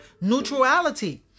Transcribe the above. neutrality